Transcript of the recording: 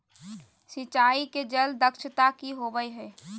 सिंचाई के जल दक्षता कि होवय हैय?